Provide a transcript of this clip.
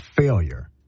failure